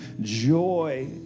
joy